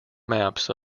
maps